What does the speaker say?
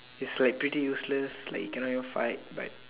he's like pretty useless like he cannot even fight but